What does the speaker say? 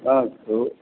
अस्तु